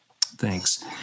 Thanks